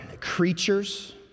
creatures